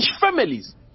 families